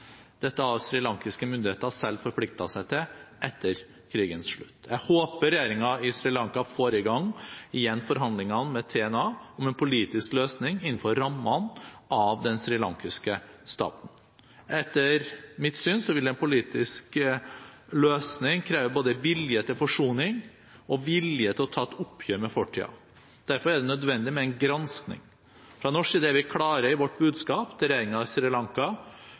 Dette har srilankiske myndigheter selv forpliktet seg til etter krigens slutt. Jeg håper regjeringen på Sri Lanka får i gang igjen forhandlingene med TNA om en politisk løsning innenfor rammene av den srilankiske staten. Etter min syn vil en politisk løsning kreve både vilje til forsoning og vilje til å ta et oppgjør med fortiden. Derfor er det nødvendig med en gransking. Fra norsk side er vi klare i vårt budskap til